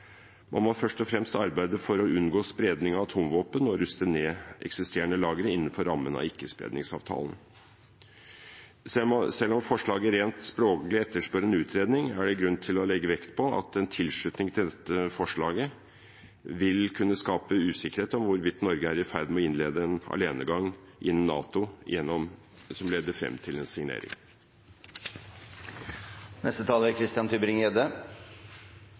Man må først og fremst arbeide for å unngå spredning av atomvåpen og ruste ned eksisterende lagre innenfor rammen av ikkespredningsavtalen. Selv om forslaget rent språklig etterspør en utredning, er det grunn til å legge vekt på at en tilslutning til dette forslaget vil kunne skape usikkerhet om hvorvidt Norge er i ferd med å innlede en alenegang innen NATO gjennom det som leder frem til en signering. NATOs kjernefysiske avskrekkingspolitikk presiserer at atomvåpen er